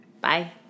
Bye